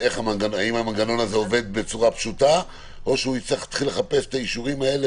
האם המנגנון הזה עובד בצורה פשוטה או שהוא יתחיל לחפש את האישורים האלה,